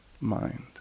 mind